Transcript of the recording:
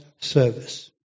service